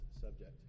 subject